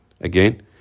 again